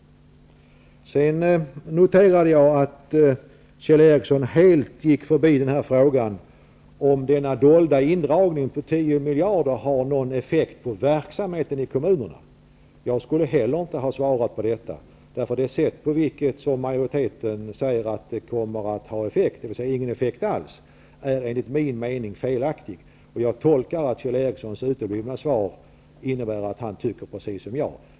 Jag noterade att Kjell Ericsson helt gick förbi frågan om huruvida den dolda indragningen på 10 miljarder har någon effekt på verksamheten i kommunerna. Jag skulle inte heller ha svarat på den frågan. Majoriteten säger att det inte kommer att ha någon effekt alls. Enligt min mening är detta felaktigt. Jag tolkar Kjell Ericssons uteblivna svar såsom att han tycker precis som jag.